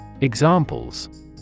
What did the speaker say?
Examples